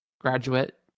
graduate